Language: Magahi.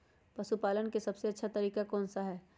पशु पालन का सबसे अच्छा तरीका कौन सा हैँ?